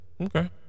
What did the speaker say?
Okay